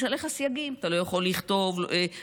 יש עליך סייגים: אתה לא יכול לחתום בחתימתך,